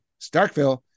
Starkville